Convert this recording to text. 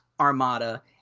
Armada